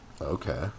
Okay